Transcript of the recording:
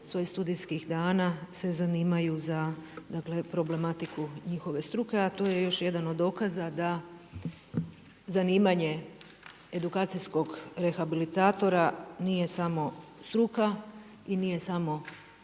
svojih studijskih dana se zanimaju za problematiku njihove struke, a to je već jedan od dokaza da zanimanje edukacijskog rehabilitatora nije samo struka i nije samo